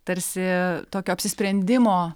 tarsi tokio apsisprendimo